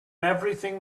everything